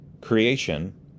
Creation